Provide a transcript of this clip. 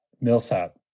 Millsap